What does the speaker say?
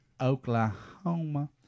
Oklahoma